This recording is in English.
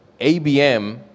ABM